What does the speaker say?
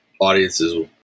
audiences